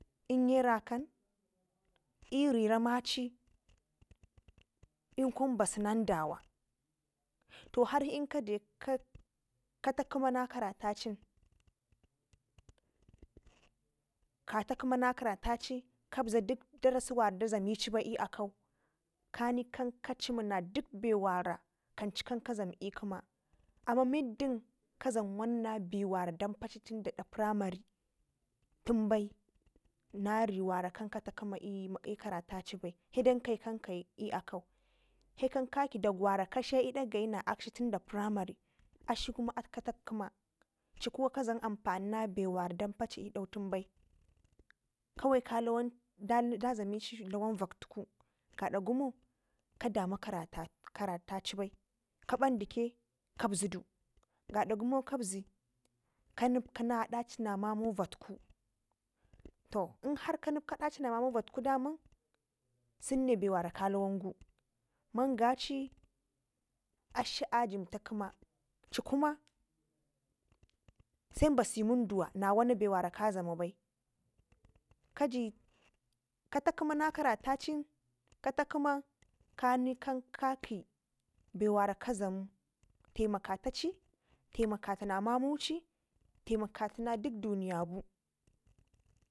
Inye rakan iri ramaci ikun basu nan dawa to inhar kade kata jima na karata cin kata jima na karatacin kab zi dik darasi wara dazandi cin dabzici bai i'akau kani kan ka cim na dik bewara kanci kan a dlam i'kima amma middan kazan wana na be wara dampaci tunda Primary tun bai nari wara kan kati kima i'karataci bai saidai kan kayi i'akau he kan kaki wara kwa de na akshi ida gayi na akshi tun da Primary akshi atka ta gima ci kuwa ka dlam ampani na bewara dampaci ido tun bai kawai ka la wan da dlameci lawan vatku gada gumo ka da mu karataci bai kaban dike kabzudu gada kumo kabzu ka nekina daci na mamu vatku to inhar ka nipkina daci namamu vatku daman sen ne be war a ka lawangu mangay cin akshi a jibta kima cikuma sai basi munduwa na wana be ka dlamo bai ka ji kata gimanakara tan cin katakima kani kan kaki bewara ka dlamu taimati naci taimaka tuna mamuci taimaka tuna dik duniyabu